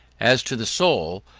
as to the soul,